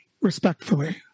respectfully